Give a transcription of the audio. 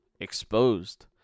exposed